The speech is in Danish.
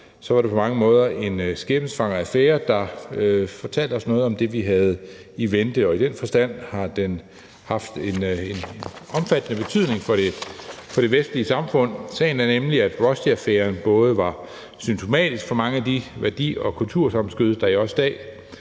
så var det på mange måder en skæbnesvanger affære, der fortalte os noget om det, som vi havde i vente, og i den forstand har den haft en omfattende betydning for det vestlige samfund. Sagen er nemlig, at Rushdieaffæren også er symptomatisk for mange af de værdi- og kultursammenstød, der også i dag